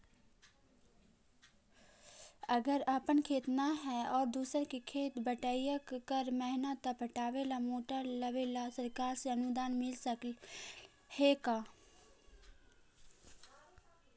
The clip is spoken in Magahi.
अगर अपन खेत न है और दुसर के खेत बटइया कर महिना त पटावे ल मोटर लेबे ल सरकार से अनुदान मिल सकले हे का?